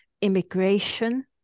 immigration